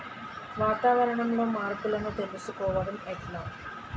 వాతావరణంలో మార్పులను తెలుసుకోవడం ఎట్ల?